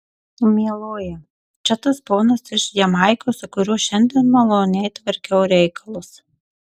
mieloji čia tas ponas iš jamaikos su kuriuo šiandien maloniai tvarkiau reikalus